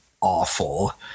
awful